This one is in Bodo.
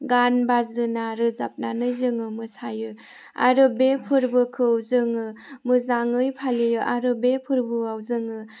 गान बाजोना रोजाबनानै जोङो मोसायो आरो बे फोरबोखौ जोङो मोजाङै फालियो आरो बे फोरबोआव जोङो